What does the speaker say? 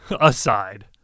aside